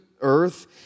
earth